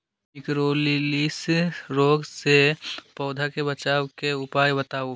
निककरोलीसिस रोग से पौधा के बचाव के उपाय बताऊ?